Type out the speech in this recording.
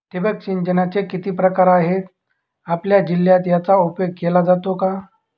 ठिबक सिंचनाचे किती प्रकार आहेत? आपल्या जिल्ह्यात याचा उपयोग केला जातो का?